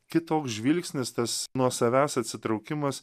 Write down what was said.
kitoks žvilgsnis tas nuo savęs atsitraukimas